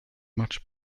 much